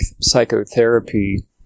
psychotherapy